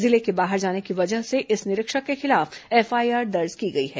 जिले के बाहर जाने की वजह से इस निरीक्षक के खिलाफ एफआईआर दर्ज किया गया है